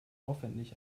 aufwendig